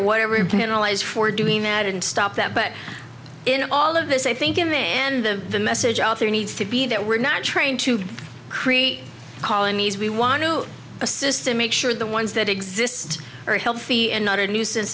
or whatever penalize for doing that and stop that but in all of this i think him and the message out there needs to be that we're not trying to create colonies we want to assist to make sure the ones that exist are healthy and not a nuisance